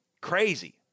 Crazy